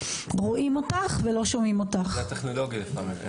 כדוגמה איך התפיסה הזאת שיותר תחומי פעילות מסוימים